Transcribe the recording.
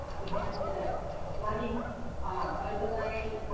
we have the planning overlay